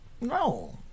no